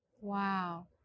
Wow